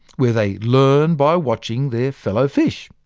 where they learn by watching their fellow fish.